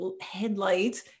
headlights